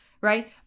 right